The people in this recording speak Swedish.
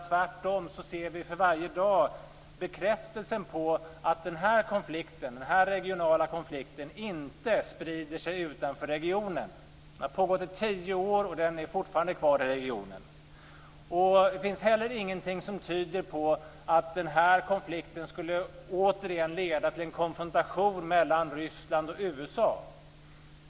Tvärtom får vi varje dag bekräftat att den här regionala konflikten inte sprider sig utanför regionen. Den har pågått i tio år, och den är fortfarande kvar i regionen. Det finns heller ingenting som tyder på att den här konflikten återigen skulle leda till en konfrontation mellan Ryssland och USA.